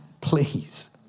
please